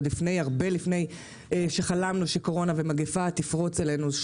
עוד הרבה לפני שחלמנו שקורונה ומגפה תפרוץ אלינו,